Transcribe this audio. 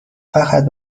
فقط